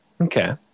Okay